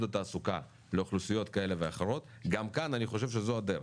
התעסוקה לאוכלוסיות כאלה ואחרות גם כאן אני חושב שזו הדרך,